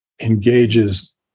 engages